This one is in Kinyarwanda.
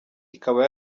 ikaba